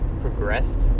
progressed